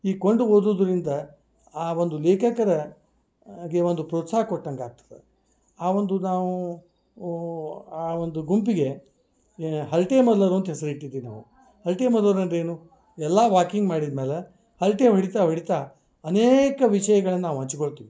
ಈ ಕೊಂಡು ಓದುವುದರಿಂದ ಆ ಒಂದು ಲೇಖಕರಿಗೆ ಒಂದು ಪ್ರೋತ್ಸಾಹ ಕೊಟ್ಟಂಗೆ ಆಗ್ತದೆ ಆ ಒಂದು ನಾವು ಊ ಆ ಒಂದು ಗುಂಪಿಗೆ ಯಾ ಹರಟೆಮಲ್ಲರು ಅಂತ ಹೆಸ್ರು ಇಟ್ಟಿದೀವಿ ನಾವು ಹರಟೆಮಲ್ಲರು ಅಂದ್ರೆ ಏನು ಎಲ್ಲ ವಾಕಿಂಗ್ ಮಾಡಿದ್ಮೇಲೆ ಹರಟೆ ಹೊಡಿತಾ ಹೊಡಿತಾ ಅನೇಕ ವಿಷಯಗಳನ್ನು ನಾವು ಹಂಚಿಕೊಳ್ತಿವಿ